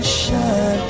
shine